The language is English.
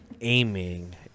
aiming